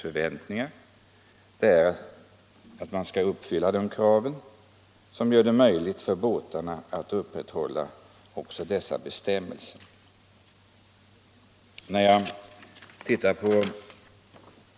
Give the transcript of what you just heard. Han hoppas att det skall bli möjligt att uppfylla de krav som ställs för att båtarna skall kunna följa bestämmelserna.